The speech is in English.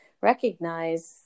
recognize